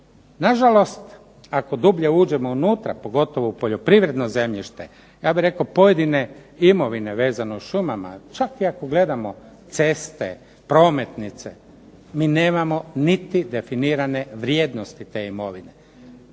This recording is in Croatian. Nažalost ako dublje uđemo unutra, pogotovo u poljoprivredno zemljište, ja bih rekao pojedine imovine vezano uz šumama, čak i ako gledamo ceste, prometnice, mi nemamo niti definirane vrijednosti te imovine.